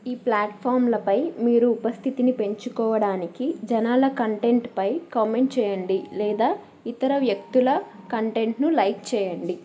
ఈ ప్లాట్ఫాంలపై మీరు ఉపస్థితిని పెంచుకోవడానికి జనాల కంటెంట్పై కామెంట్ చేయండి లేదా ఇతర వ్యక్తుల కంటెంట్ను లైక్ చేయండి